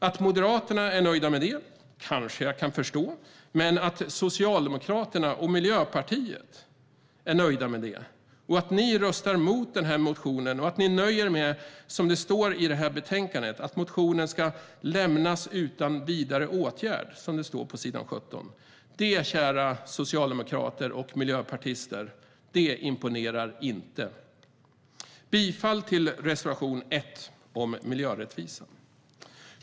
Att Moderaterna är nöjda med svaret kanske jag kan förstå, men inte att Socialdemokraterna och Miljöpartiet är det. Att ni, kära socialdemokrater och miljöpartister, röstar emot motionen och nöjer er med att den, som det står på s. 17 i betänkandet, "lämnas utan vidare åtgärd" imponerar inte. Jag yrkar bifall till reservation 1 om miljörättvisa.